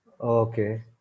Okay